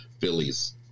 Phillies